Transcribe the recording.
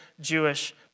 Jewish